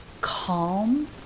calm